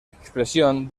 expresión